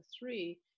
three